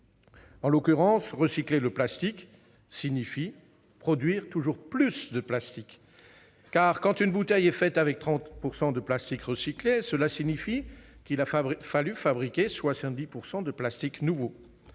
En l'occurrence, recycler le plastique signifie produire toujours plus de plastique. Car, quand une bouteille est faite avec 30 % de plastique recyclé, cela signifie qu'il a fallu fabriquer 70 % de plastique nouveau